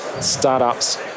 startups